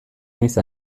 naiz